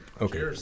Okay